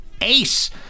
ace